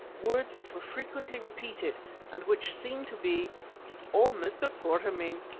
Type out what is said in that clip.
words which were frequently repeated and which seemed to be o mr. quatermain,